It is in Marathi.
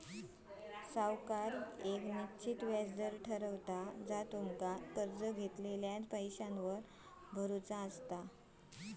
सावकार येक निश्चित व्याज दर ठरवता जा तुमका कर्ज घेतलेल्या पैशावर भरुचा असता